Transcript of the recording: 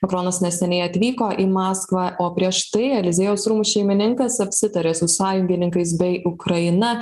makronas neseniai atvyko į maskvą o prieš tai eliziejaus rūmų šeimininkas apsitarė su sąjungininkais bei ukraina